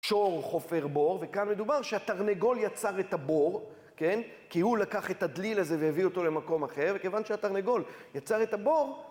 שור חופר בור, וכאן מדובר שהתרנגול יצר את הבור, כן? כי הוא לקח את הדליל הזה והביא אותו למקום אחר, וכיוון שהתרנגול יצר את הבור...